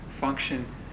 function